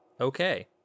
Okay